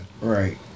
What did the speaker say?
Right